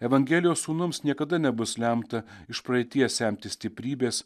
evangelijos sūnums niekada nebus lemta iš praeities semtis stiprybės